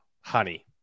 honey